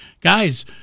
guys